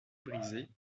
brisée